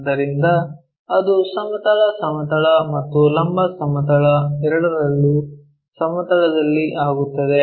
ಆದ್ದರಿಂದ ಅದು ಸಮತಲ ಸಮತಲ ಮತ್ತು ಲಂಬ ಸಮತಲ ಎರಡರಲ್ಲೂ ಸಮತಲದಲ್ಲಿ ಆಗುತ್ತದೆ